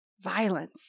violence